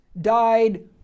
died